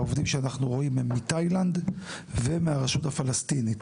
העובדים שאנחנו רואים הם מתאילנד ומהרשות הפלסטינית.